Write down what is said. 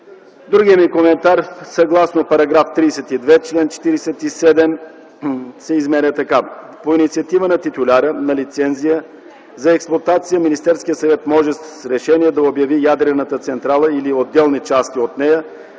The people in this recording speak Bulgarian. Другият ми коментар съгласно § 32, чл. 47 се изменя така: „По инициатива на титуляра на лицензия за експлоатация Министерският съвет може с решение да обяви ядрената централа или отделни части от нея